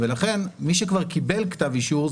לכן מי שכבר קיבל כתב אישור,